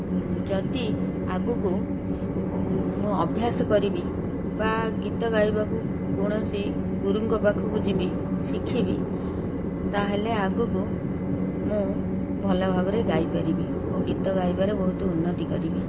ଯଦି ଆଗକୁ ମୁଁ ଅଭ୍ୟାସ କରିବି ବା ଗୀତ ଗାଇବାକୁ କୌଣସି ଗୁରୁଙ୍କ ପାଖକୁ ଯିବି ଶିଖିବି ତାହେଲେ ଆଗକୁ ମୁଁ ଭଲ ଭାବରେ ଗାଇପାରିବି ଓ ଗୀତ ଗାଇବାରେ ବହୁତ ଉନ୍ନତି କରିବି